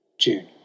June